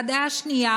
והדעה השנייה,